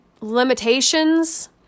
limitations